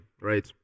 right